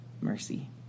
mercy